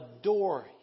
adore